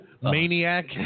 Maniac